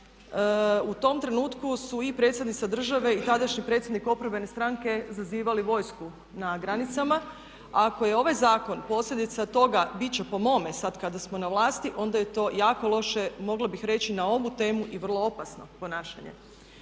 U tom trenutku su i predsjednica države i tadašnji predsjednik oporbene stranke zazivali vojsku na granicama, a ako je ovaj zakon posljedica toga bit će po mome sad kada smo na vlasti onda je to jako loše, mogla bih reći na ovu temu i vrlo opasno ponašanje.